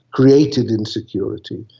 created insecurity.